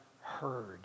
heard